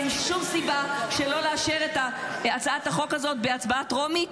אין שום סיבה לא לאשר את הצעת החוק הזאת בקריאה טרומית,